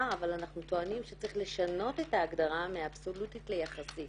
אבל אנחנו טוענים שצריך לשנות את ההגדרה מאבסולוטית ליחסית.